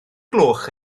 gloch